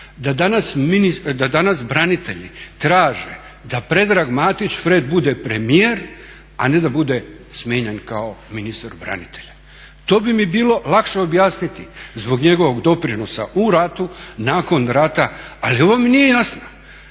da danas branitelji traže da Predrag Matić Fred bude premijer, a ne da bude smijenjen kao ministar branitelja. To bi mi bilo lakše objasniti zbog njegovog doprinosa u ratu, nakon rata. Ali ovo mi nije jasno